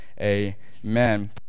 amen